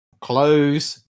Close